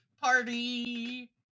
party